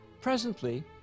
Presently